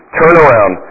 turnaround